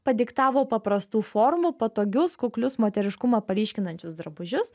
padiktavo paprastų formų patogius kuklius moteriškumą paryškinančius drabužius